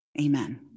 Amen